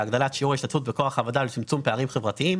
להגדלת שיעור ההשתתפות בכוח העבודה ולצמצום פערים חברתיים